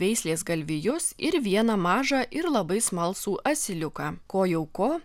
veislės galvijus ir vieną mažą ir labai smalsų asiliuką ko jau ko